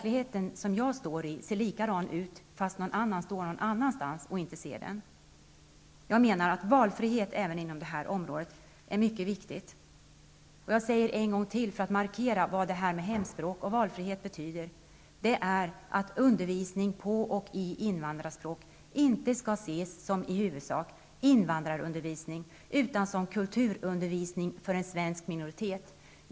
Men min verklighet ser likadan ut, medan någon annan med en annorlunda utgångspunkt inte kan se min verklighet. Det är mycket viktigt med valfrihet, även inom detta område. För att markera hur mycket detta med hemspråk och valfrihet betyder vill jag säga ytterligare en gång att undervisning på och i invandrarspråk i huvudsak inte skall ses som invandrarundervisning utan som kulturundervisning för en svensk minoritet.